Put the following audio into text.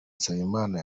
nsabimana